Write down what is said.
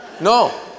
no